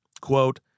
quote